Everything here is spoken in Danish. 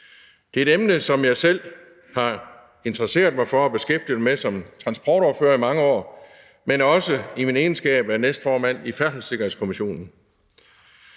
Det er et emne, som jeg selv har interesseret mig for og beskæftiget mig med som transportordfører i mange år, men også i min egenskab af næstformand i Færdselssikkerhedskommissionen.